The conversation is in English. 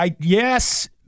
Yes